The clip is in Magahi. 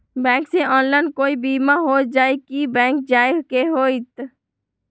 बैंक से ऑनलाइन कोई बिमा हो जाई कि बैंक जाए के होई त?